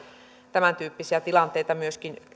tämäntyyppisiä tilanteita